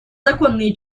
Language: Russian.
законные